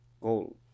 goal